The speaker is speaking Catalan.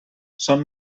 són